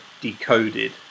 decoded